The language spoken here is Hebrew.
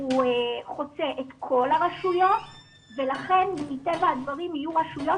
הוא חוצה את כל הרשויות ולכן מטבע הדברים יהיו רשויות